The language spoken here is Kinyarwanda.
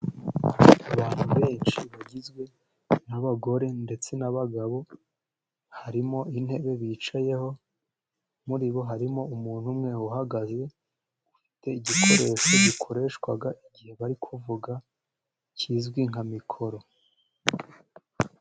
Abantu benshi bagizwe n'abagore ndetse n'abagabo, harimo intebe bicayeho, muri bo harimo umuntu umwe uhagaze, ufite igikoresho gikoreshwa igihe bari kuvuga ,kizwi nka mikoro.